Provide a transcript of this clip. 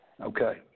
Okay